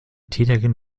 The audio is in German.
täterin